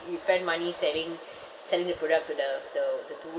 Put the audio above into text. spend money saving selling the product to the the the two